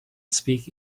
speak